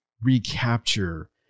recapture